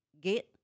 gate